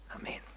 amen